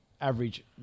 average